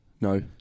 no